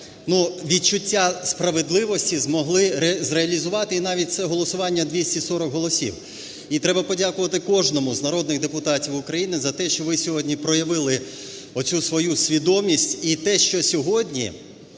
відчуття справедливості змогли зреалізувати, і навіть це голосування – 240 голосів. І треба подякувати кожному з народних депутатів України за те, що ви сьогодні проявили оцю свою свідомість. І те, що сьогодні